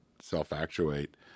self-actuate